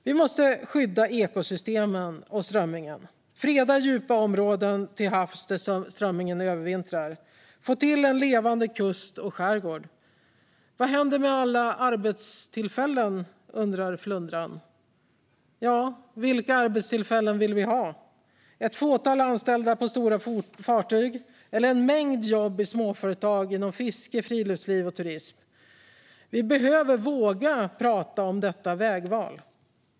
Vi måste skydda ekosystemen och strömmingen, freda djupa områden till havs där strömmingen övervintrar och få till en levande kust och skärgård. Vad händer med alla arbetstillfällen? undrar flundran. Ja, vilka arbetstillfällen vill vi ha? Ett fåtal anställda på stora fartyg eller en mängd jobb i småföretag inom fiske, friluftsliv och turism? Vi behöver våga prata om detta vägval.